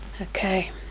Okay